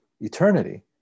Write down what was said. eternity